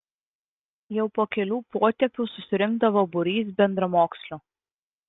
jau po kelių potėpių susirinkdavo būrys bendramokslių